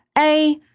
a,